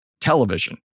television